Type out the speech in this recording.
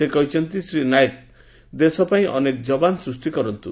ସେ କହିଛତି ଶ୍ରୀ ନାୟକ ଦେଶପାଇଁ ଅନେକ ଯବାନ ସୃଷି କରନ୍ତୁ